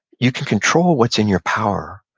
you can control what's in your power,